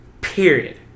Period